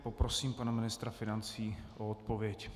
Poprosím pana ministra financí o odpověď.